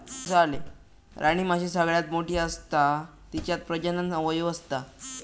राणीमाशी सगळ्यात मोठी असता तिच्यात प्रजनन अवयव असता